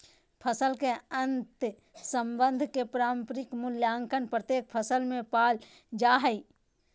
फसल के अंतर्संबंध के प्रारंभिक मूल्यांकन प्रत्येक फसल में पाल जा हइ